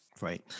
right